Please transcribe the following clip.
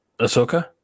Ahsoka